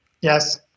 Yes